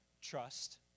Trust